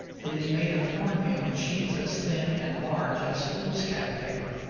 it is made of corn meal in sheets as thin and large as foolscap paper.